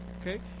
okay